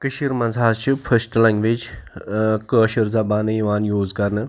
کٔشیٖرِ منٛز حظ چھِ فٔرسٹہٕ لنٛگویج ٲں کٲشِر زبانٕے یِوان یوٗز کرنہٕ